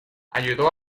ayudó